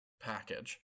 package